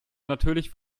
natürlich